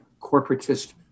corporatist